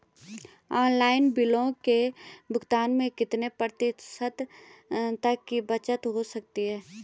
Online बिलों के भुगतान में कितने प्रतिशत तक की बचत हो सकती है?